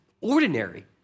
ordinary